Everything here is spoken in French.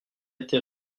été